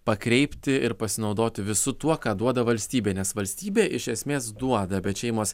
pakreipti ir pasinaudoti visu tuo ką duoda valstybė nes valstybė iš esmės duoda bet šeimos